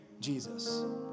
Jesus